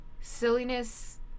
silliness